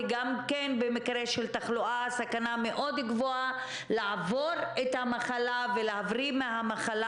וגם במקרה של תחלואה סכנה מאוד גבוהה לעבור את המחלה ולהבריא ממנה.